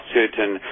certain